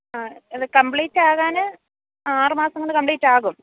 ആ ഇത് കമ്പ്ലീറ്റാകാന് ആ ആറു മാസംകൊണ്ട് കമ്പ്ലീറ്റാകും